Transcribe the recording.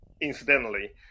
incidentally